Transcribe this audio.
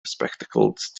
bespectacled